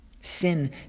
Sin